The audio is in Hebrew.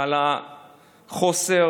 על חוסר